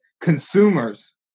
consumers